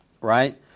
right